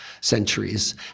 centuries